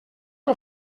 que